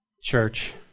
church